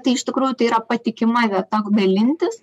tai iš tikrųjų yra patikima vieta dalintis